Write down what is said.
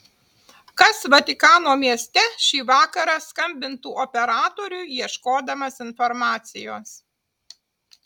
kas vatikano mieste šį vakarą skambintų operatoriui ieškodamas informacijos